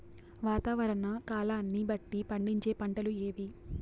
వాతావరణ కాలాన్ని బట్టి పండించే పంటలు ఏవి?